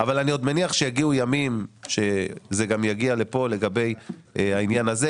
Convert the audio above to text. אבל אני עוד מניח שיגיעו ימים שזה גם יגיע לכאן לגבי העניין הזה,